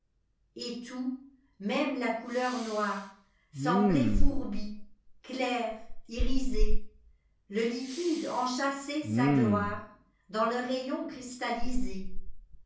et tout même la couleur noiresemblait fourbi clair irisé le liquide enchâssait sa gloiredans le rayon cristallisé